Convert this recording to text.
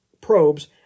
probes